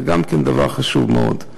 גם זה דבר חשוב מאוד.